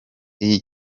iyi